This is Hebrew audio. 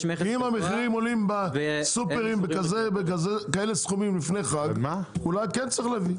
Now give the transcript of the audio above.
אם המחירים עולים בסופרים בכאלה סכומים לפני חג אולי כן צריך להביא.